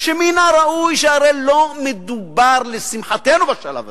שמן הראוי, שהרי לא מדובר, לשמחתנו, בשלב הזה,